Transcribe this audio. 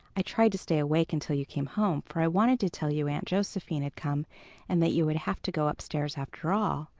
i tried to stay awake until you came home, for i wanted to tell you aunt josephine had come and that you would have to go upstairs after all,